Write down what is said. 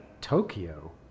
Tokyo